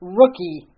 rookie